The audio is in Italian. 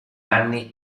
anni